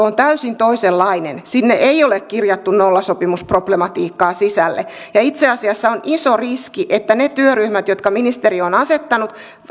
on täysin toisenlainen sinne ei ole kirjattu nollasopimusproblematiikkaa sisälle ja itse asiassa on iso riski että ne työryhmät jotka ministeriö on asettanut